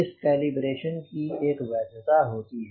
इस कालिबेरशन की एक वैधता होती है